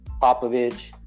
Popovich